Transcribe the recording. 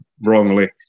wrongly